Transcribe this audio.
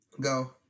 Go